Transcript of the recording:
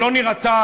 ולא נירתע,